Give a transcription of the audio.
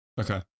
Okay